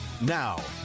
Now